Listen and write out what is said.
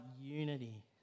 unity